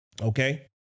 okay